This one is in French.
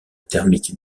thermique